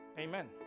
Amen